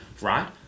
Right